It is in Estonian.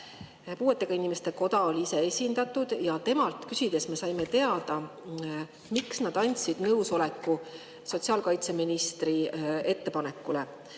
Puuetega inimeste koda oli ka esindatud. Me küsisime ja saime teada, miks nad andsid nõusoleku sotsiaalkaitseministri ettepanekule.